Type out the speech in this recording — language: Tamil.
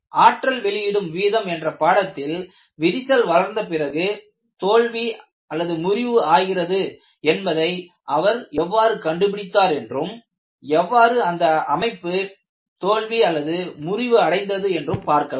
ஆற்றில் வெளியிடும் வீதம் என்ற பாடத்தில் விரிசல் வளர்ந்த பிறகு தோல்விமுறிவு ஆகிறது என்பதை அவர் எவ்வாறு கண்டுபிடித்தார் என்றும் எவ்வாறு அந்த அமைப்பு தோல்விமுறிவு அடைந்தது என்றும் பார்க்கலாம்